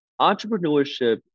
Entrepreneurship